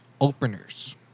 openers